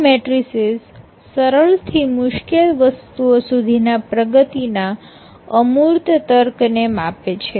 આ મેટ્રિસીઝ સરળથી મુશ્કેલ વસ્તુઓ સુધીના પ્રગતિના અમૂર્ત તર્ક ને માપે છે